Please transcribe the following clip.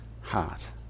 heart